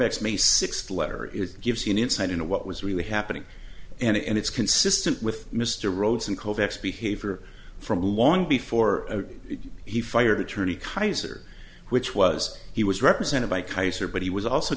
may sixth letter is gives you an insight into what was really happening and it's consistent with mr rhodes and kovacs behavior from long before he fired attorney kaiser which was he was represented by kaiser but he was also